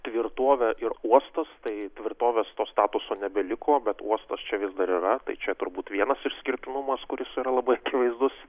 tvirtovė ir uostas tai tvirtovės to statuso nebeliko bet uostas čia vis dar yra tai čia turbūt vienas išskirtinumas kuris yra labai akivaizdus